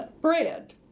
bread